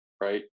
right